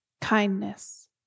kindness